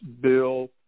bill